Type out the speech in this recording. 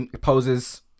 poses